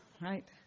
Right